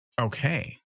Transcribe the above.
Okay